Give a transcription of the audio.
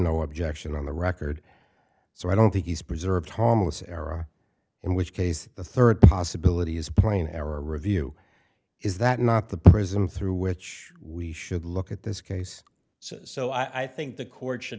no objection on the record so i don't think he's preserved harmless error in which case the third possibility is playing error review is that not the prism through which we should look at this case so i think the court should